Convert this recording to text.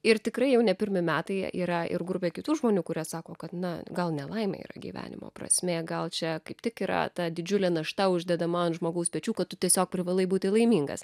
ir tikrai jau ne pirmi metai yra ir grupė kitų žmonių kurie sako kad na gal ne laimė yra gyvenimo prasmė gal čia kaip tik yra ta didžiulė našta uždedama ant žmogaus pečių kad tu tiesiog privalai būti laimingas